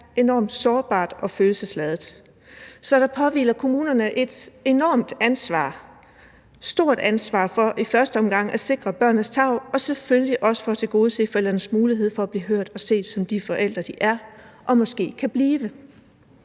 enormt sårbart og følelsesladet. Så der påhviler kommunerne et stort ansvar, et enormt ansvar, for i første omgang at sikre børnenes tarv og selvfølgelig også for at tilgodese forældrenes mulighed for at blive hørt og set som de forældre, som de er, og som de måske kan blive,